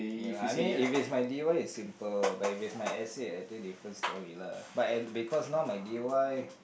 ya I mean if is my d_y is simple but if is my essay i think different story lah but I thi~ because now my d_y